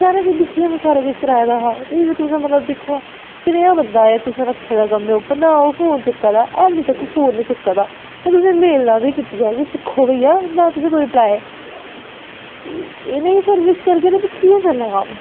सारा किश दिक्खियै में सारा किश कराए दा हां फ्ही बी मतलब तुस दिक्खो हां कनेहा बंदा ऐ तुसें रक्खे दा कम्मै पर नां फोन ओह् चुक्का दा अल्ली तक बी फोन निं चुक्का दा में तुसेंगी मेलां बी कीतियां कि दिक्खो भैया ना तुसें कोई रिपलाय एह् नेही सर्विस करगे ते फ्ही कि'यां चलना कम्म